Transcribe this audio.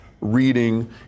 reading